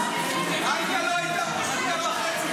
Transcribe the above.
עאידה לא הייתה פה שנייה וחצי,